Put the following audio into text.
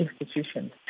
institutions